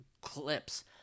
clips